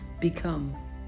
become